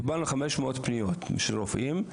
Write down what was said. קיבלנו 500 פניות של רופאים,